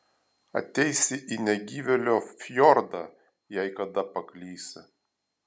ateisi į negyvėlio fjordą jei kada paklysi